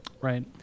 Right